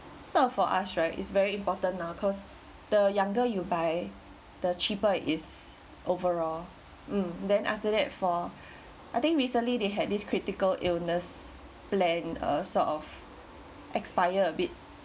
so for us right it's very important now cause the younger you buy the cheaper it is overall mm then after that for I think recently they had this critical illness plan uh sort of expire a bit